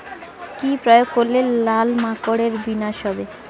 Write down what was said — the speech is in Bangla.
কি প্রয়োগ করলে লাল মাকড়ের বিনাশ হবে?